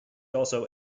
also